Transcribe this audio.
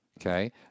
okay